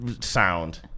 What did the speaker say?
Sound